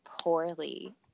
poorly